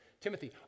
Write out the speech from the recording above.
Timothy